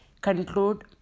Conclude